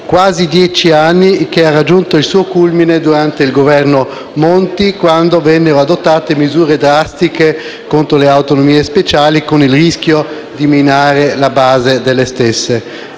quasi dieci anni, che ha raggiunto il suo culmine durante il Governo Monti, quando vennero adottate misure drastiche contro con le autonomie speciali, con il rischio di minare la base delle stesse.